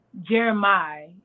Jeremiah